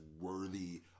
worthy